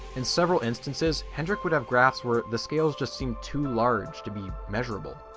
in several instances hendrik would have graphs where the scales just seemed too large to be measurable,